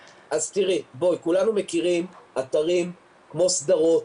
כולנו מכירים אתרים כמו סדרות,